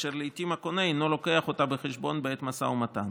אשר לעיתים הקונה אינו מביא אותה בחשבון בעת משא ומתן.